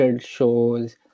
shows